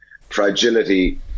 fragility